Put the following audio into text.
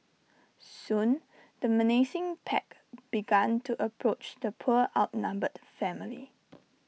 soon the menacing pack began to approach the poor outnumbered family